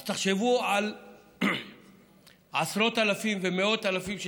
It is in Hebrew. אז תחשבו על עשרות אלפים ומאות אלפים של